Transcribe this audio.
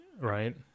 right